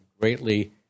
greatly